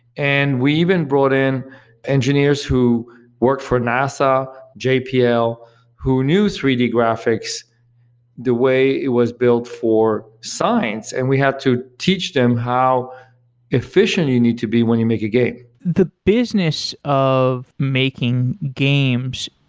and we even brought in engineers who work for nasa, jpl who knew three d graphics the way it was built for science. and we had to teach them how efficient you need to be when you make a game the business of making games,